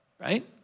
Right